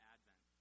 Advent